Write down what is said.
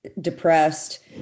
depressed